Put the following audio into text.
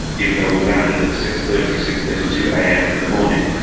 even though we landed at six thirty six thirty two a m. in the morning.